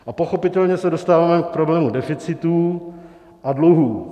A pochopitelně se dostáváme k problému deficitů a dluhů.